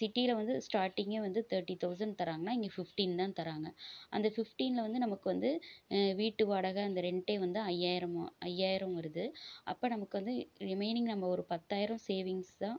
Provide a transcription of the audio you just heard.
சிட்டியில் வந்து ஸ்டாட்டிங்கே வந்து தேட்டி தெளசண்ட் தராங்கனா இங்கே ஃபிஃப்ட்டீன் தான் தராங்க அந்த ஃபிஃப்ட்டீனில் வந்து நமக்கு வந்து வீட்டு வாடகை அந்த ரெண்ட்டே வந்து ஐயாயிரமோ ஐயாயிரம் வருது அப்போ நமக்கு வந்து ரிமைனிங் நம்ம ஒரு பத்தாயிரம் சேவிங்ஸ் தான்